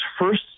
first